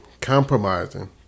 compromising